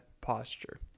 posture